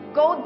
go